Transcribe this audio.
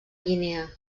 guinea